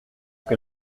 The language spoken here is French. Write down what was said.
que